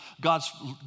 God's